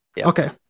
Okay